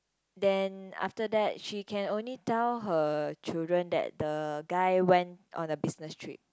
then after that she can only tell her children that the guy went on a business trip